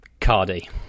Cardi